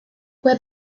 fue